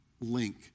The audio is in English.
link